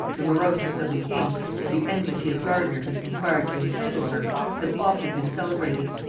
the moroseness of the king, and the enmity of gardiner had conspired to entangle her, has often been celebrated.